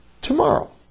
tomorrow